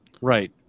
Right